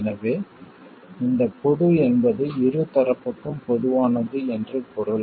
எனவே இந்த பொது என்பது இரு தரப்புக்கும் பொதுவானது என்று பொருள்